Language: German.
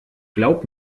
glaub